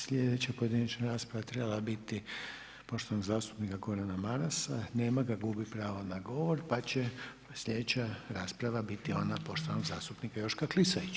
Slijedeća pojedinačna rasprava trebala je biti poštovanog zastupnika Gorana Marasa, nema ga, gubi pravo na govor, pa će slijedeća rasprava biti ona poštovanog zastupnika Joška Klisovića.